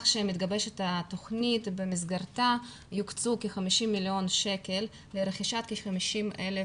שמתגבשת התוכנית במסגרתה יוקצו כ-50 מיליון שקלים לרכישת כ-50,000